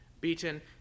beaten